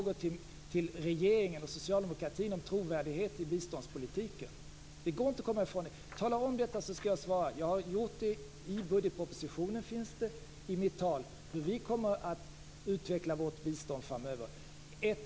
Det går som sagt inte att komma ifrån det. Tala om det så skall jag svara. Det finns att läsa i budgetpropositionen och mitt anförande hur vi kommer att utveckla vårt bistånd framöver.